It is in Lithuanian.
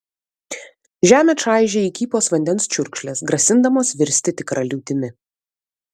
žemę čaižė įkypos vandens čiurkšlės grasindamos virsti tikra liūtimi